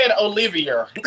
Olivia